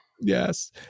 Yes